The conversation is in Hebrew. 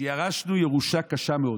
שירשנו ירושה קשה מאוד.